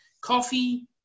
coffee